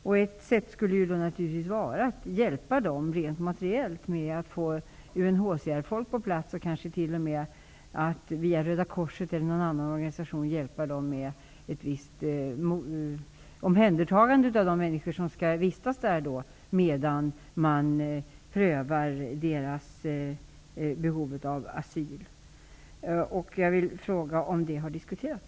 Vi skulle naturligtvis kunna hjälpa Estland rent materiellt med att få UNHCR-representanter dit och kanske via Röda korset eller någon annan organisation hjälpa Estland med ett visst omhändertagande av de människor som skall vistas där, medan man prövar deras behov av asyl. Jag vill fråga om detta har diskuterats.